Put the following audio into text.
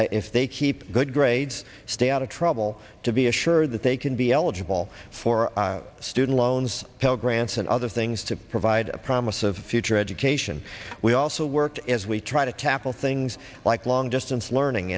e if they keep good grades stay out of trouble to be assured that they can be eligible for student loans tell grants and other things to provide a promise of future education we also worked as we try to tackle things like long distance learning